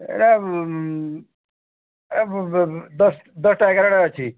ଏଇରା ଦଶ ଟା ଏଗାର ଅଛି